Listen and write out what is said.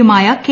യുമായ കെ